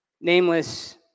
nameless